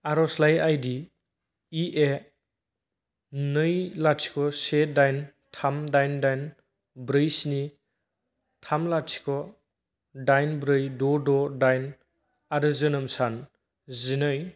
आर'जलाइ आईडी इ ए नै लाथिख' से दाइन थाम दाइन दाइन ब्रै स्नि थाम लाथिख' दाइन ब्रै द' द' दाइन आरो जोनोम सान जिनै